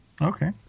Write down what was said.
Okay